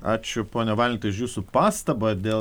ačiū pone valentai už jūsų pastabą dėl